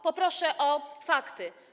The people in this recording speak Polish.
Poproszę o fakty.